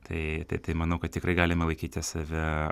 tai tai tai manau kad tikrai galima laikyti save